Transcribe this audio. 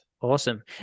Awesome